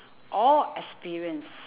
or experienced